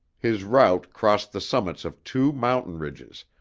his route crossed the summits of two mountain ridges,